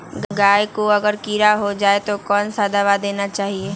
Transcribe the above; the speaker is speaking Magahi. गाय को अगर कीड़ा हो जाय तो कौन सा दवा देना चाहिए?